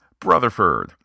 Brotherford